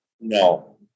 No